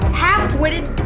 half-witted